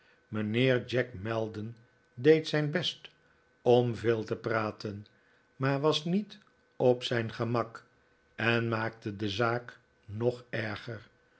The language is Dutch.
mijnheer jack maldon deed zijn best om veel te praten maar was niet op zijn gemak en maakte de zaak nog erger